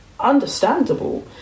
understandable